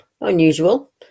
unusual